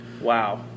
Wow